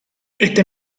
este